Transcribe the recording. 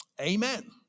Amen